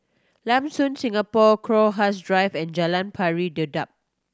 Lam Soon Singapore Crowhurst Drive and Jalan Pari Dedap